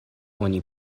oni